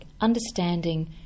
understanding